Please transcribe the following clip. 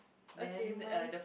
okay mine